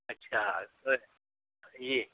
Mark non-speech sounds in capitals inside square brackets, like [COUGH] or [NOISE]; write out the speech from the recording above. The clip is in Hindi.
अच्छा [UNINTELLIGIBLE] है इ